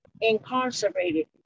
incarcerated